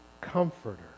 Comforter